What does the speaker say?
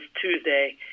Tuesday